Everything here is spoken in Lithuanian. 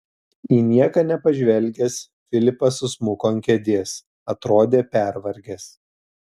į nieką nepažvelgęs filipas susmuko ant kėdės atrodė pervargęs